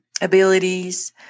abilities